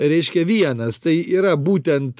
reiškia vienas tai yra būtent